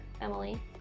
Emily